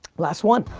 last one.